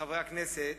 חברי הכנסת,